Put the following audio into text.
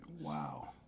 Wow